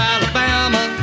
Alabama